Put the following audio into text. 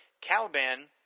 Caliban